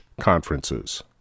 conferences